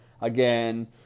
again